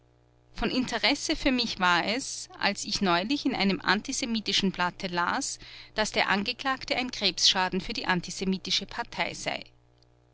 von interesse für mich war es als ich neulich in einem antisemitischen blatte las daß der angeklagte ein krebsschaden für die antisemitische partei sei